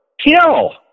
Kill